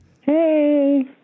Hey